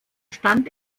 stand